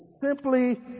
simply